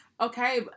Okay